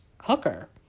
hooker